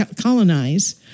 colonize